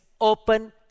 open